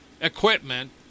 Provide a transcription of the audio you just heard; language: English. equipment